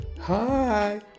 hi